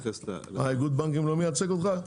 איגוד הבנקים לא מייצג אותך?